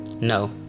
No